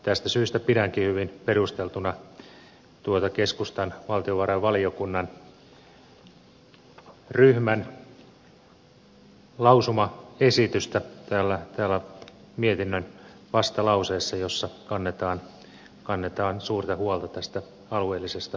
tästä syystä pidänkin hyvin perusteltuna tuota keskustan valtiovarainvaliokunnan ryhmän lausumaesitystä mietinnön vastalauseessa jossa kannetaan suurta huolta alueellisesta keskittymisestä